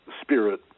Spirit